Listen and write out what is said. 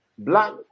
Black